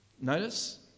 Notice